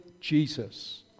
Jesus